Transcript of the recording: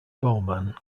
bowman